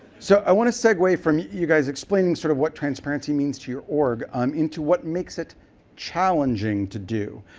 so i want to segway from you guys explaining sort of what transparency means for your org um into what makes it challenging to do.